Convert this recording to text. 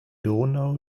donau